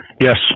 Yes